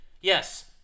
Yes